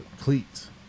cleats